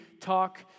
talk